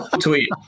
tweet